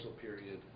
period